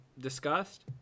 discussed